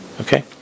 okay